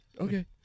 Okay